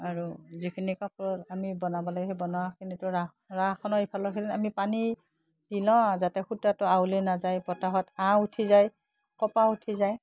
আৰু যিখিনি কাপোৰত আমি বনাব লাগে সেই বনোৱাখিনিতো ৰাঁছ ৰাঁছখনৰ ইফালৰখিনি আমি পানী দি লওঁ যাতে সূতাটো আউলি নাযায় বতাহত আঁহ উঠি যায় কপাহ উঠি যায়